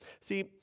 See